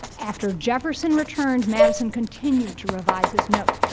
after jefferson returned, madison continued to revise his notes.